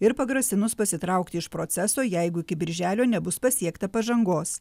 ir pagrasinus pasitraukti iš proceso jeigu iki birželio nebus pasiekta pažangos